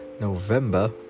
november